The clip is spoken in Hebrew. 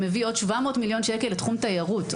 מביא עוד 700 מיליון שקל לתחום תיירות,